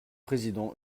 président